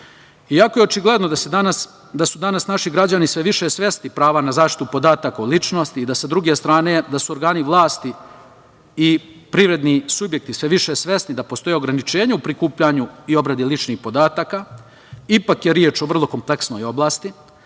je očigledno da su danas naši građani sve više svesni prava na zaštitu podataka o ličnosti i sa druge strane, da su organi vlasti i privredni subjekti sve više svesni da postoji ograničenje u prikupljanju i obradi ličnih podataka. Ipak je reč o vrlo kompleksnoj oblasti,